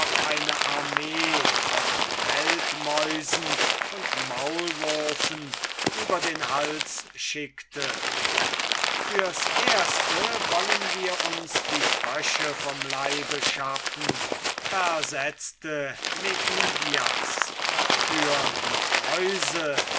eine armee von feldmäusen und maulwürfen über den hals schickte fürs erste wollen wir uns die frösche vom leibe schaffen versetzte meidias für die mäuse